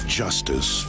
justice